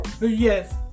Yes